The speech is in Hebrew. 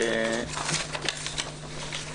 האם היו התפתחויות ולקבוע דיון,